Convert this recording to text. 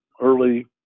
early